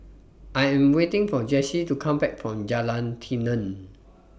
I Am waiting For Jessi to Come Back from Jalan Tenon